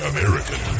American